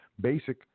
Basic